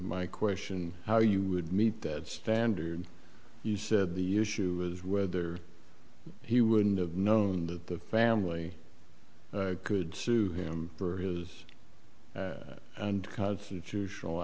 my question how you would meet that standard he said the issue was whether he wouldn't have known that the family could sue him for his and constitutional